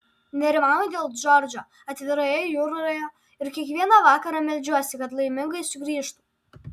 nerimauju dėl džordžo atviroje jūroje ir kiekvieną vakarą meldžiuosi kad laimingai sugrįžtų